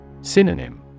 Synonym